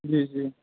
جی جی